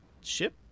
ship